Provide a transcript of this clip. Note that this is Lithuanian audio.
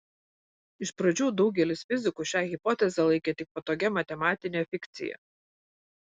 iš pradžių daugelis fizikų šią hipotezę laikė tik patogia matematine fikcija